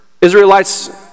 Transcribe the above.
Israelites